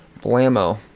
Blammo